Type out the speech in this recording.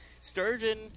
Sturgeon